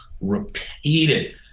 repeated